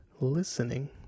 listening